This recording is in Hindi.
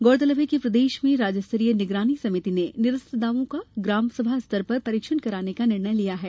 गौरतलब है कि प्रदेश में राज्य स्तरीय निगरानी समिति ने निरस्त दावों का ग्राम सभा स्तर पर परीक्षण करने का निर्णय लिया है